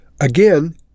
Again